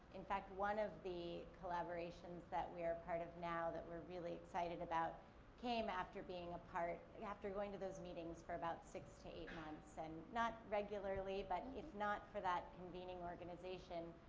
in fact, one of the collaborations that we're a part of now that we're really excited about came after being a part, like after going to those meetings for about six to eight months. and not regularly, but if not for that convening organization,